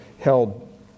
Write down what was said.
held